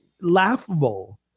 laughable